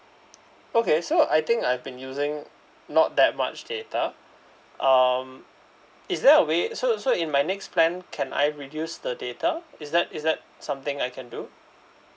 okay so I think I've been using not that much data um is there a way so so in my next plan can I reduce the data is that is that something I can do